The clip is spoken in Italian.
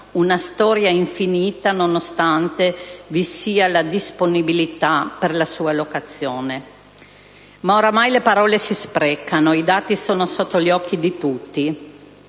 una storia infinita, nonostante vi siano disponibilità per la sua locazione. Ma oramai le parole si sprecano, i dati sono sotto gli occhi di tutti;